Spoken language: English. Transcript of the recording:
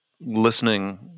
listening